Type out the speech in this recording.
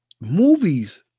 Movies